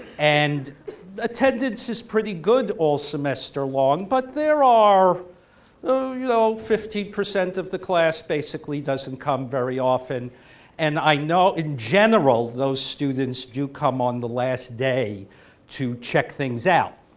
and attendance is pretty good all semester long but there are you know fifteen percent of the class basically doesn't come very often and i know in general those students do come on the last day to check things out.